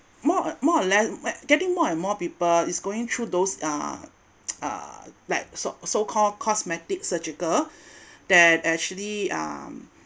more uh more or less getting more and more people is going through those uh uh like so so called cosmetic surgical that actually um